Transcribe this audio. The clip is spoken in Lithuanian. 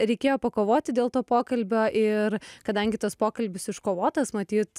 reikėjo pakovoti dėl to pokalbio ir kadangi tas pokalbis iškovotas matyt